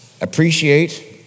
Appreciate